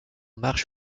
marche